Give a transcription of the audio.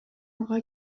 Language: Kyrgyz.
мага